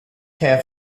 care